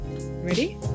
Ready